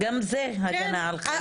גם זה הגנה על חיי אדם.